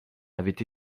avaient